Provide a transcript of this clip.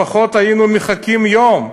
לפחות היינו מחכים יום,